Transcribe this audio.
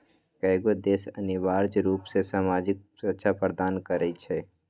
कयगो देश अनिवार्ज रूप से सामाजिक सुरक्षा प्रदान करई छै